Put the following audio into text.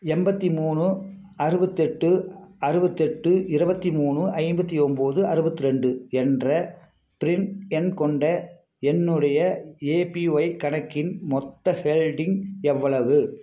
எண்பத்தி மூணு அறுபத்தெட்டு அறுபத்தெட்டு இருபத்தி மூணு ஐம்பத்தி ஒம்பது அறுபத்து ரெண்டு என்ற ப்ரின் எண் கொண்ட என்னுடைய ஏபிஒய் கணக்கின் மொத்த ஹெல்டிங் எவ்வளவு